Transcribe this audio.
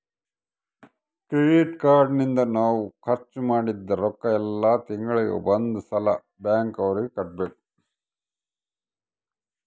credit card ನಿಂದ ನಾವ್ ಖರ್ಚ ಮದಿದ್ದ್ ರೊಕ್ಕ ಯೆಲ್ಲ ತಿಂಗಳಿಗೆ ಒಂದ್ ಸಲ ಬ್ಯಾಂಕ್ ಅವರಿಗೆ ಕಟ್ಬೆಕು